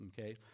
Okay